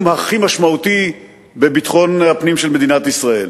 הכי משמעותי בביטחון הפנים של מדינת ישראל.